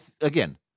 again